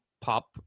pop